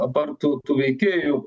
apart tų tų veikėjų